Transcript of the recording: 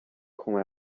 com